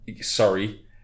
sorry